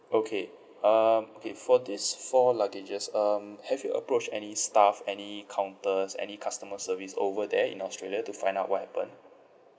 okay um okay for this four luggages um have you approached any staff any counters any customer service over there in australia to find out what happened